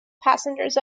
passengers